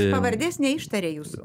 pavardės neištaria jūsų